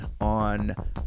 on